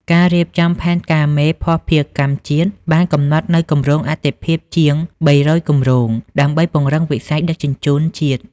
ការរៀបចំផែនការមេភស្តុភារកម្មជាតិ បានកំណត់នូវគម្រោងអាទិភាពជាង ៣០០ គម្រោង ដើម្បីពង្រឹងវិស័យដឹកជញ្ជូនជាតិ។